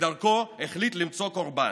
וכדרכו החליט למצוא קורבן,